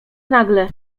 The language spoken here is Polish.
nagle